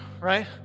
Right